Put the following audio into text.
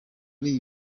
ari